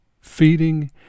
feeding